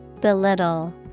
Belittle